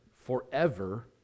forever